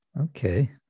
Okay